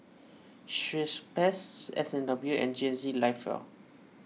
Schweppes S and W and G N C Live Well